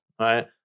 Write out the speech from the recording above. right